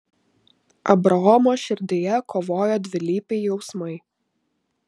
abraomo širdyje kovojo dvilypiai jausmai